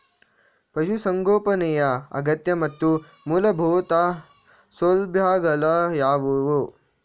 ಪಶುಸಂಗೋಪನೆಯ ಅಗತ್ಯ ಮತ್ತು ಮೂಲಭೂತ ಸೌಲಭ್ಯಗಳು ಯಾವುವು?